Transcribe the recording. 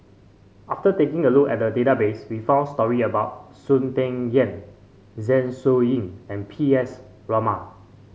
after taking a look at the database we found story about Soon Peng Yam Zeng Shouyin and P S Raman